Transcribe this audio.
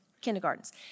Kindergartens